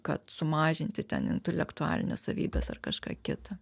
kad sumažinti ten intelektualines savybes ar kažką kitą